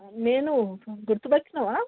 నేను గుర్తు పట్టినావా